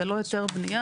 זה לא היתר בנייה,